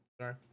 Sorry